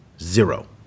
zero